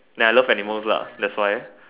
ya I love animals lah that why